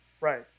Right